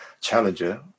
challenger